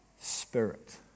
spirit